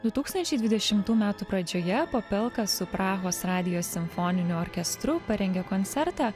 du tūkstančiai dvidešimtų metų pradžioje popelka su prahos radijo simfoniniu orkestru parengė koncertą